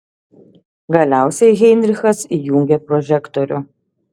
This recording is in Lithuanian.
galiausiai heinrichas įjungė prožektorių